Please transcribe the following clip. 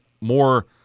more